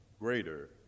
greater